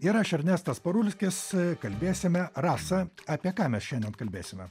ir aš ernestas parulskis kalbėsime rasa apie ką mes šiandien kalbėsime